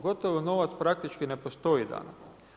Gotov novac praktički ne postoji danas.